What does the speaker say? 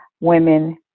women